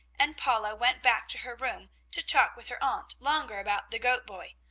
and paula went back to her room to talk with her aunt longer about the goat-boy,